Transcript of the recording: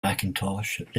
macintosh